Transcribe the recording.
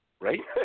right